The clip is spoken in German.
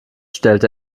stellt